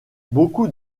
beaucoup